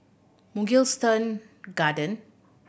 Mugliston Garden